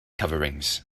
coverings